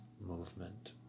movement